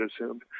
assumed